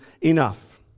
enough